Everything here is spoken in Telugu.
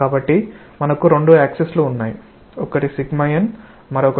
కాబట్టి మనకు రెండు యాక్సిస్ లు ఉన్నాయి ఒకటి n మరియు మరొకటి